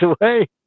away